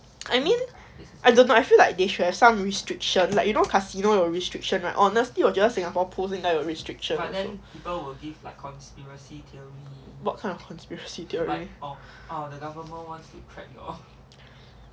I mean I don't know I feel like they should have some restriction like you know casino 有 restriction right honesly singapore pools 是因该有 restriction what kind of conspiracy theory